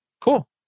Cool